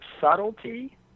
subtlety